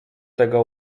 tego